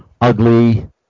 ugly